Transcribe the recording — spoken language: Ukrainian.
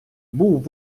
був